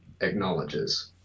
acknowledges